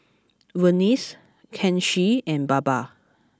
Verghese Kanshi and Baba